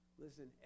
Listen